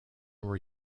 were